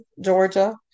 Georgia